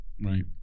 Right